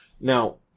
Now